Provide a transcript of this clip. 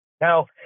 Now